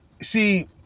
See